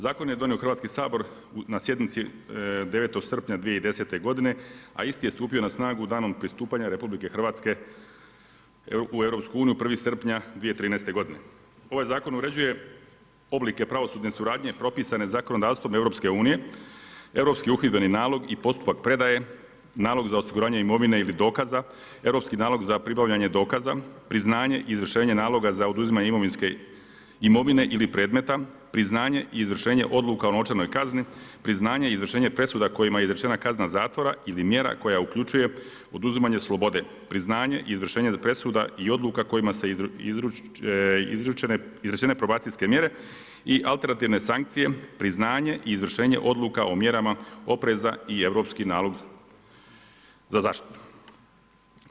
Zakon je donio Hrvatski sabor na sjednici 9. srpnja 2010. g. a isti je stupio na snagu danom pristupanju RH u EU 1. srpnja 2013. g. Ovaj zakon uređuje oblike pravosudne suradnje propisane zakonodavstvom EU, europski uhljedbeni nalog i postupak predaje, nalog za osiguranje imovine ili dokaza, europski nalog za pribavljanje dokaza, priznanje i izvršenje naloga za oduzimanje imovinske mirovine ili predmeta, priznanje i izvršenje odluka o novčanoj kazni, priznanje i izvršenje presuda kojima je izvršena kazna zatvora ili mjera koja uključuje oduzimanje slobode, priznanje i izvršenje presuda i odluka kojima se izručene probacijske mjere i alternativne sankcije, priznanje i izvršenje odluka o mjerama opreza i europski nalog za zaštitu.